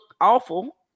awful